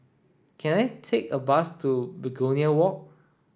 can I take a bus to Begonia Walk